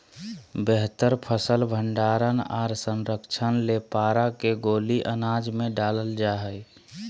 बेहतर फसल भंडारण आर संरक्षण ले पारा के गोली अनाज मे डालल जा हय